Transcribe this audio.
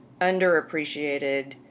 underappreciated